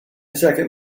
second